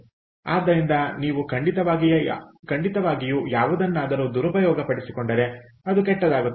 ಆದ್ದರಿಂದ ನೀವು ಖಂಡಿತವಾಗಿಯೂ ಯಾವುದನ್ನಾದರೂ ದುರುಪಯೋಗಪಡಿಸಿಕೊಂಡರೆ ಅದು ಕೆಟ್ಟದಾಗಿರುತ್ತದೆ